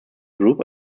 group